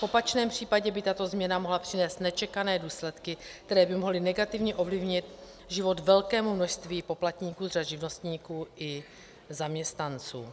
V opačném případě by tato změna mohla přinést nečekané důsledky, které by mohly negativně ovlivnit život velkému množství poplatníků z řad živnostníků i zaměstnanců.